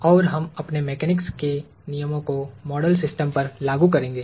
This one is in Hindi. और हम अपने मेकेनिक्स के नियमों को मॉडल सिस्टम पर लागू करेंगे